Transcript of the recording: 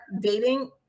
dating